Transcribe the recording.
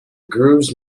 grooves